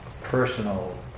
personal